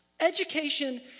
Education